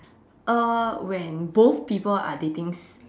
uh when both people are dating s~